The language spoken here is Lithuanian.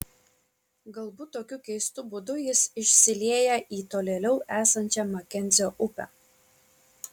galbūt tokiu keistu būdu jis išsilieja į tolėliau esančią makenzio upę